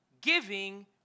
Giving